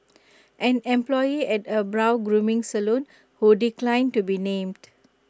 an employee at A brow grooming salon who declined to be named